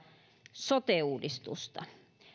sote uudistusta